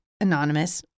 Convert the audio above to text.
Anonymous